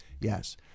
Yes